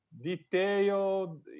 detail